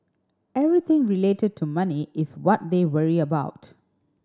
everything related to money is what they worry about